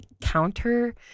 counter